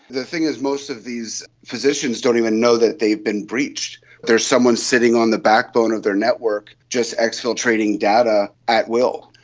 the thing is most of these physicians don't even know that have been breached. there is someone sitting on the backbone of their network just exfiltrating data at will.